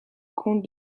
compte